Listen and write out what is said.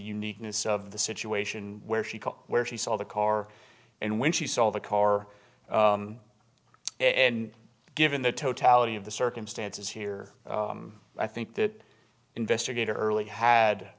uniqueness of the situation where she called where she saw the car and when she saw the car and given the totality of the circumstances here i think that investigator early had